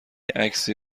عکسی